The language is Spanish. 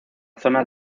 zona